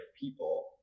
people